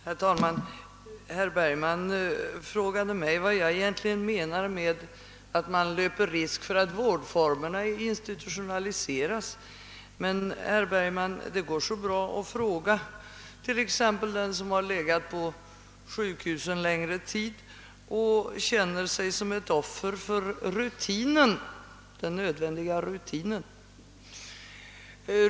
Herr talman! Herr Bergman frågade vad jag egentligen menar med att man löper risken att vårdformerna institutionaliseras. Men, herr Bergman, det går så bra att fråga t.ex. den som har legat på sjukhus en längre tid och känner sig som ett offer för rutinen — »den nödvändiga rutinen».